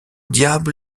diable